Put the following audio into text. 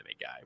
guy